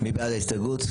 מי בעד קבלת ההסתייגות?